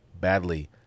badly